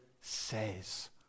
says